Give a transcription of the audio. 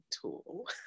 tool